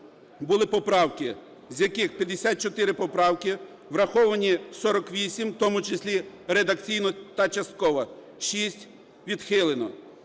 були поправки. З яких 54 поправки, враховані 48, в тому числі редакційно та частково, 6 – відхилено.